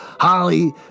holly